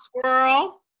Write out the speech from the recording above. swirl